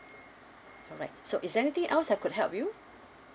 alright so is anything else I could help you